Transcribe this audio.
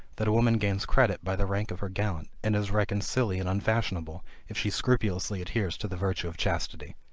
that a woman gains credit by the rank of her gallant, and is reckoned silly and unfashionable if she scrupulously adheres to the virtue of chastity.